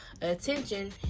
attention